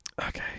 Okay